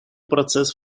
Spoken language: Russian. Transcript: процесс